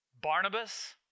Barnabas